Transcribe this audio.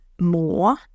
more